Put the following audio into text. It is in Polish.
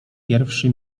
pierwszy